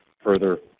further